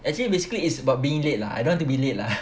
actually basically it's about being late lah I don't want to be late lah